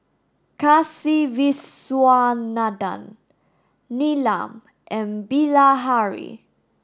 Kasiviswanathan Neelam and Bilahari